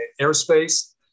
airspace